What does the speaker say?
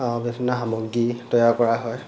বিভিন্ন সামগ্ৰী তৈয়াৰ কৰা হয়